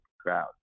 crowd